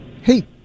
Hey